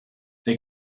der